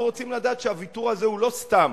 אנחנו רוצים לדעת שהוויתור הזה הוא לא סתם,